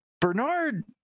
Bernard